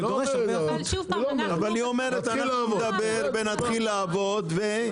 אבל היא אומרת אנחנו נדבר ונתחיל לעבוד ו?